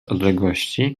odległości